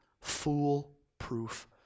foolproof